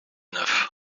neuf